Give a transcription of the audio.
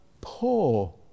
poor